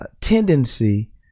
tendency